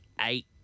eight